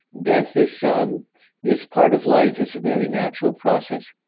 death is so um is part of life. it's a very natural process.